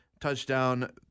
touchdown